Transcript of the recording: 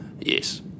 Yes